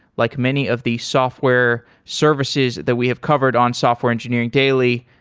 like many of the software services that we have covered on software engineering daily,